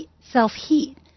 self-heat